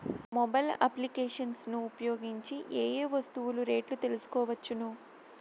Mobile applications ను ఉపయోగించి ఏ ఏ వస్తువులు రేట్లు తెలుసుకోవచ్చును?